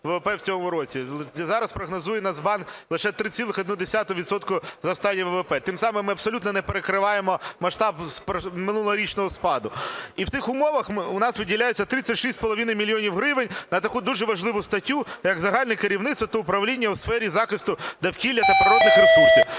ВВП в цьому році, а зараз прогнозує Нацбанк лише 3,1 відсотка зростання ВВП, тим самим, ми абсолютно не перекриваємо масштаб минулорічного спаду. І в цих умовах у нас виділяється 36,5 мільйона гривень на таку дуже важливу статтю, як "Загальне керівництво та управління у сфері захисту довкілля та природніх ресурсів".